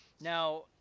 Now